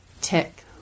tick